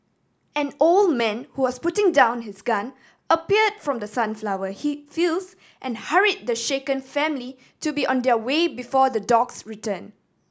an old man who was putting down his gun appeared from the sunflower he fields and hurried the shaken family to be on their way before the dogs return